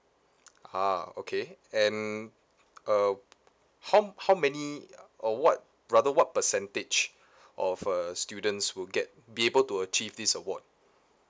ah okay and uh how how many or what rather what percentage of uh students who get be able to achieve this award